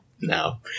No